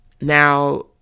Now